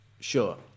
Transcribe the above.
Sure